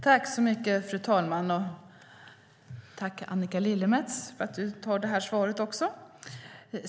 Fru talman! Tack, Annika Lillemets, för att du tar det här svaret också!